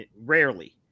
Rarely